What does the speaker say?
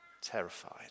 terrified